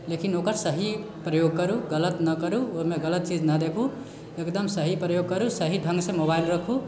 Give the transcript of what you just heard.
लेकिन ओकर सही प्रयोग करु गलत नहि करु ओहिमे गलत चीज नहि देखु एकदम सही प्रयोग करु सही ढंगसँ मोबाइल रखू